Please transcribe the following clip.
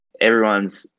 Everyone's